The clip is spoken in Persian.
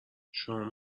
شما